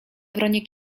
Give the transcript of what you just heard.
wronie